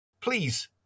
Please